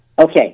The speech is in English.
Okay